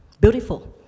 beautiful